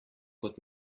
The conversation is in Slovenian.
kot